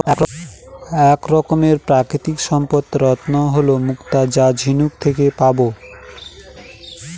এক রকমের প্রাকৃতিক সম্পদ রত্ন হল মুক্তা যা ঝিনুক থেকে পাবো